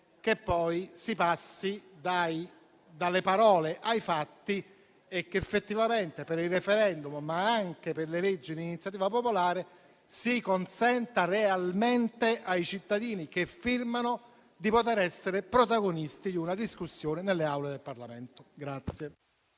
che poi si passi dalle parole ai fatti e che effettivamente per il *referendum*, ma anche per le leggi di iniziativa popolare, si consenta realmente ai cittadini che firmano di essere protagonisti di una discussione nelle aule del Parlamento.